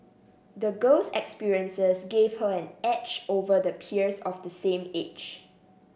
the girl's experiences gave her an edge over the peers of the same age